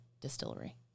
distillery